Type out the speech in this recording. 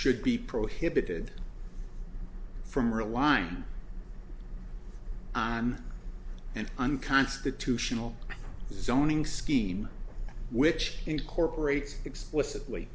should be prohibited from or a line on an unconstitutional zoning scheme which incorporates explicitly